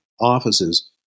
offices